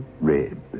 Red